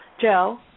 Joe